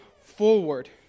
forward